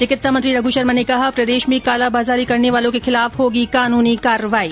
चिकित्सा मंत्री रघु शर्मा ने कहा प्रदेश में कालाबाजारी करने वालों के खिलाफ होगी कानूनी कार्रवाई